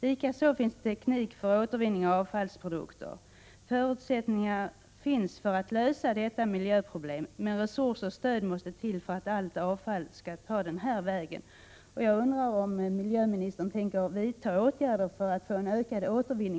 Likaså finns det teknik för återvinning av avfallsprodukter. Förutsättningar finns för att lösa detta miljöproblem, men resurser och stöd måste till för att allt avfall skall ta den rätta vägen.